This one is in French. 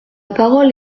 parole